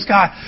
God